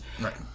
Right